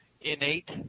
innate